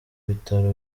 bitaro